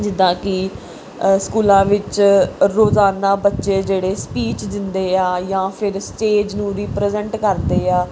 ਜਿੱਦਾਂ ਕਿ ਸਕੂਲਾਂ ਵਿੱਚ ਰੋਜ਼ਾਨਾ ਬੱਚੇ ਜਿਹੜੇ ਸਪੀਚ ਦਿੰਦੇ ਆ ਜਾਂ ਫਿਰ ਸਟੇਜ ਨੂੰ ਰਿਪ੍ਰਜੈਂਟ ਕਰਦੇ ਆ